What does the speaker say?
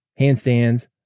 handstands